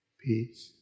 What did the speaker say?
peace